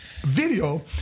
Video